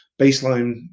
baseline